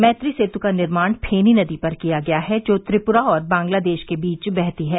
मैत्री सेतु का निर्माण फेनी नदी पर किया गया है जो त्रिप्रा और बांग्लादेश के बीच बहती है